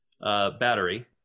battery